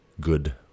good